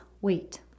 weight